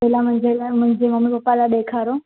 पहिला मुंहिंजे लाइ मुंहिंजे ममी पपा लाइ ॾेखारियो